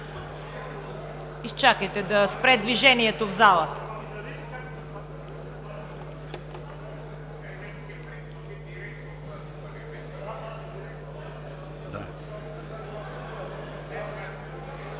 Изчакайте да спре движението в залата.